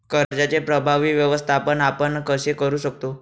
कर्जाचे प्रभावी व्यवस्थापन आपण कसे करु शकतो?